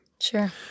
sure